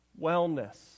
wellness